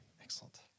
Excellent